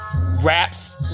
raps